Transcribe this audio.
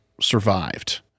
survived